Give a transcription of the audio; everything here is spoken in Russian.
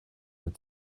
над